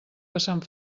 passant